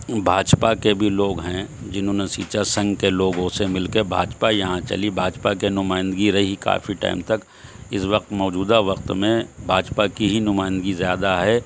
بھاجپا کے بھی لوگ ہیں جنہوں نے سینچا سنگھ کے لوگوں سے مل کے بھاجپا یہاں چلی بھاجپا کے نمائندگی رہی کافی ٹائم تک اس وقت موجودہ وقت میں بھاجپا کی ہی نمائندگی زیادہ ہے